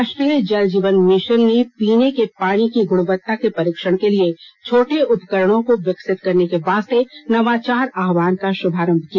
राष्ट्रीय जल जीवन मिशन ने पीने के पानी की गुणवत्ता के परीक्षण के लिए छोटे उपकरणों को विकसित करने के वास्ते नवाचार आहवान का शुभारंभ किया